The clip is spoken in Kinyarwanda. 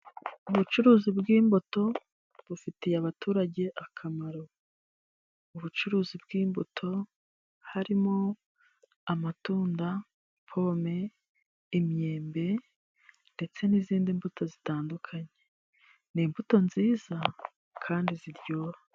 Ubucuruzi bw'imbuto bufitiye abaturage akamaro. Ubucuruzi bw'imbuto harimo amatunda pome imyembe ndetse n'izindi mbuto zitandukanye. Ni imbuto nziza kandi ziryoha.